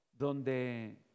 Donde